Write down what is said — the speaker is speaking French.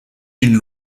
d’une